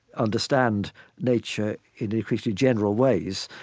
understand nature in increasingly general ways,